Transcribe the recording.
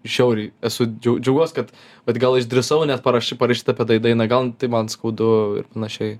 žiauriai esu džiau džiaugiuos kad kad gal išdrįsau net paraš parašyt apie tai dainą gal tai man skaudu ir panašiai